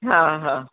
हा हा